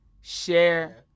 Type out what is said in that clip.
share